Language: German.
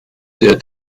der